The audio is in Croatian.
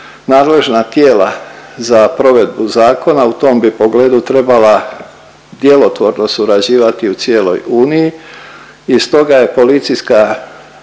Nadležna tijela za provedbu zakona u tom bi pogledu trebala djelotvorno surađivati u cijeloj uniji i stoga je policijska